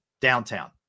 downtown